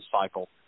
cycle